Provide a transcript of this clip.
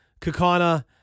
Kakana